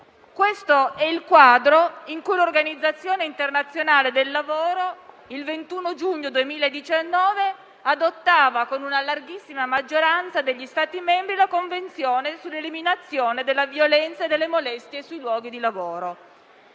Questo è il quadro in cui l'Organizzazione internazionale del lavoro il 21 giugno 2019 adottava, con una larghissima maggioranza degli Stati membri, la Convenzione sull'eliminazione della violenza e delle molestie sui luoghi di lavoro.